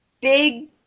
big